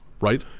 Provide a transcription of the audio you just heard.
Right